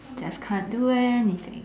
just can't do anything